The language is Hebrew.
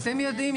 אתם יודעים,